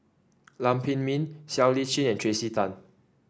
Lam Pin Min Siow Lee Chin and Tracey Tan